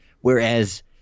whereas